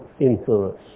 influence